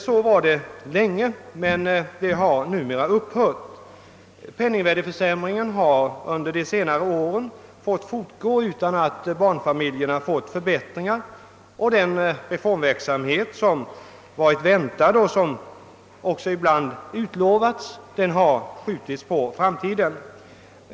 Så var det länge, men det har numera upphört. Penningvärdeförsämringen har under de senare åren fått fortgå utan att barnfamiljerna har fått några förbättringar, och den reformverksamhet som varit väntad och som också ibland utlovats har skjutits på framtiden.